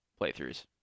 playthroughs